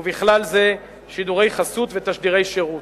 ובכלל זה שידורי חסות ותשדירי שירות.